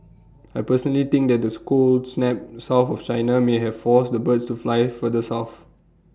I personally think that the cold snap south of China may have forced the birds to flier further south